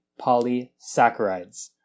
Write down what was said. polysaccharides